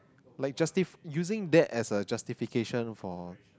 like justif~ using that as a justification for